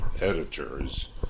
editors